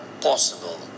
possible